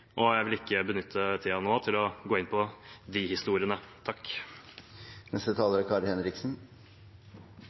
og jeg vil ikke benytte tiden nå til å gå inn på de historiene. Representanten Wilhelmsen Trøen forteller at det er